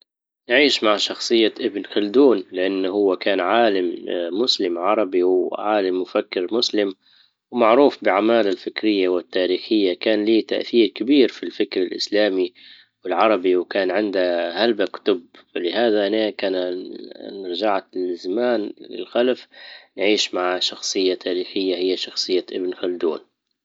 اعيش مع شخصية ابن خلدون لان هو كان عالم مسلم عربي وعالم مفكر مسلم ومعروف باعماله الفكرية والتاريخية. كان له تأثير كبير في الفكر الاسلامي والعربي وكان عنده هلبا كتب. ولهذا ان كان رجعت للزمان للخلف نعيش مع شخصية تاريخية هي شخصية ابن خلدون.